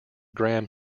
gram